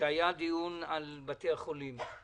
שהיה דיון על בתי החולים,